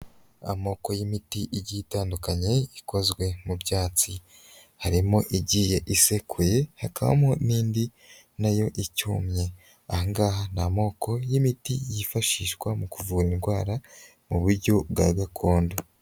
Amoko y'imiti igiye itandukanye ikozwe mu byatsi, harimo igiye isekuye, hakabamo n'indi nayo icyumye. Aha ngaha ni amoko y'imiti yifashishwa mu kuvura indwara mu buryo bwa gakondo.